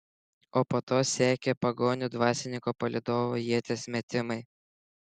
o po to sekė pagonių dvasininko palydovų ieties metimai